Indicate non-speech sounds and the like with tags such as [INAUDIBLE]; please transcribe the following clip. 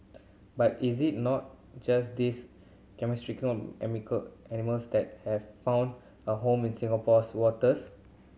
but is it not just these charismatic [UNINTELLIGIBLE] animals that have found a home in Singapore's waters